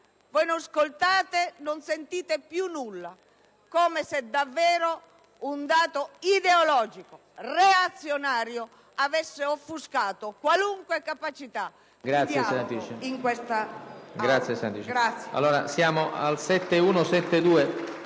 Voi non ascoltate, non sentite più nulla, come se davvero un dato ideologico, reazionario, avesse offuscato qualunque capacità di dialogo in